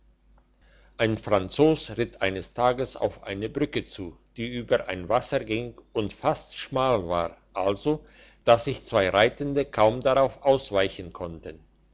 ein franzos ritt eines tages auf eine brücke zu die über ein wasser ging und fast schmal war also dass sich zwei reitende kaum darauf ausweichen konnten